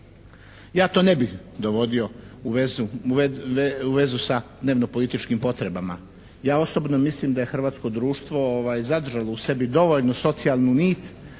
Ja to ne bih dovodio u vezu sa dnevnopolitičkim potrebama. Ja osobno mislim da je hrvatsko društvo zadržalo u sebi dovoljno socijalnu nit